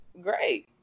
great